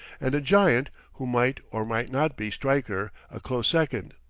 and a giant, who might or might not be stryker, a close second.